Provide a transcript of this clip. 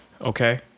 okay